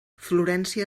florència